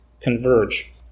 converge